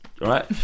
right